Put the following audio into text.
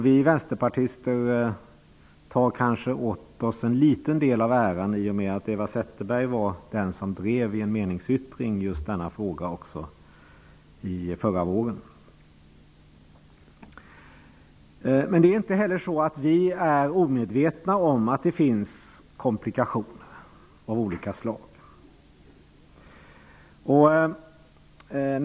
Vi vänsterpartister tar kanske åt oss en liten del av äran i och med att Eva Zetterberg var den som i en meningsyttring drev just denna fråga förra våren. Inte heller vi är omedvetna om att det finns komplikationer av olika slag.